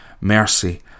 mercy